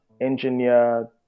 engineer